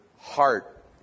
heart